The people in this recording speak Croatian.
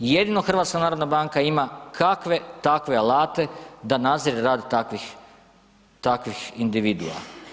Jedino HNB ima kakve takve alate da nadzire rad takvih individua.